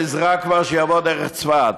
נזרק כבר שיעבור דרך צפת.